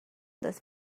this